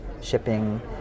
shipping